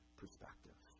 perspective